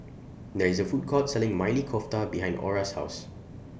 There IS A Food Court Selling Maili Kofta behind Orra's House